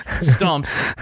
stumps